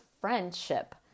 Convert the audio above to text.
friendship